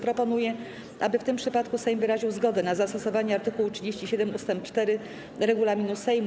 Proponuję, aby w tym przypadku Sejm wyraził zgodę na zastosowanie art. 37 ust. 4 regulaminu Sejmu.